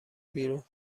بیرون